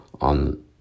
on